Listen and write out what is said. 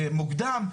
מוקדם.